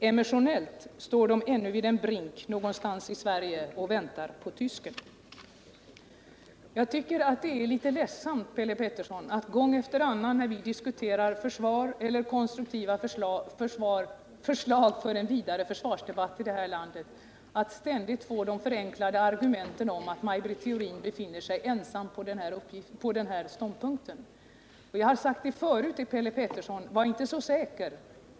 Emotionellt står de ännu vid en brink någonstans i Sverige och väntar på tysken.” Jag tycker, Per Petersson, att det är ledsamt att gång efter gång, när vi diskuterar konstruktiva förslag för en vidare försvarsdebatt i det här landet, få höra det här förenklade argumentet att Maj Britt Theorin är ensam om sin ståndpunkt. Jag har sagt förut till Per Petersson: Var inte så säker!